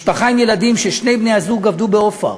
משפחה עם ילדים ששני בני-הזוג עבדו ב"אופ-אר".